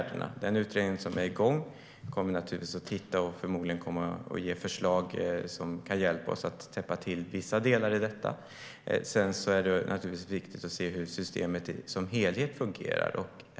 Den utredning som är igång kommer naturligtvis att lägga fram förslag som kan hjälpa oss att täppa till vissa delar i detta. Sedan är det viktigt att se hur systemet som helhet fungerar.